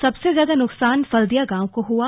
सबसे ज्यादा नुकसान फल्दिया गांव को हुआ